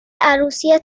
عروسی